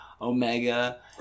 Omega